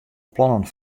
plannen